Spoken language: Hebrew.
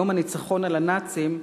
יום הניצחון על הנאצים,